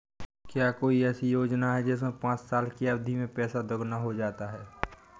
क्या ऐसी कोई योजना है जिसमें पाँच साल की अवधि में पैसा दोगुना हो जाता है?